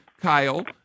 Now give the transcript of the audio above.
Kyle –